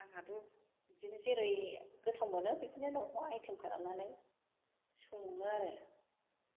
आंहाथ' बिदिनो जेरै गोथाव मोनो बिदिनो न'आव आइथेम खालामनानै सङो आरो